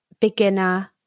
beginner